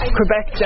Quebec